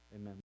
Amen